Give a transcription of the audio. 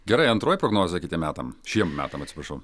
gerai antroji prognozė kitiem metam šiem metam atsiprašau